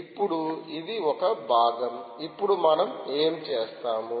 ఇప్పుడు ఇది ఒక భాగం ఇప్పుడు మనం ఏమి చేస్తాము